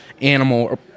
animal